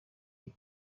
iyi